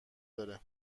داره